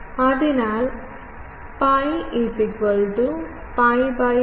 അതിനാൽ pi pi2 by തലം